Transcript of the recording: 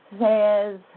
says